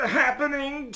happening